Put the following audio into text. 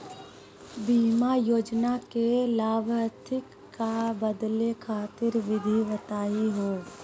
बीमा योजना के लाभार्थी क बदले खातिर विधि बताही हो?